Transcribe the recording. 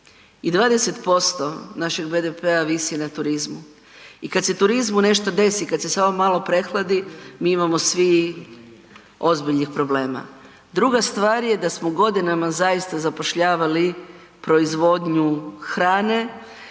i 20% našeg BDP-a visi na turizmu. I kada se turizmu nešto desi kada se samo malo prehladi mi imamo svi ozbiljnih problema. Druga stvar je da smo godinama zaista zapošljavali proizvodnju hrane,